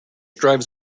drives